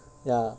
ya